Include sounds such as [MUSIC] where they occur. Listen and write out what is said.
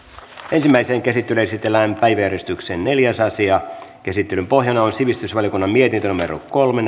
ensimmäiseen käsittelyyn esitellään päiväjärjestyksen neljäs asia käsittelyn pohjana on sivistysvaliokunnan mietintö kolme [UNINTELLIGIBLE]